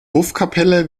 hofkapelle